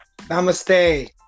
Namaste